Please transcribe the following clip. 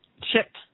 chip